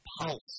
Pulse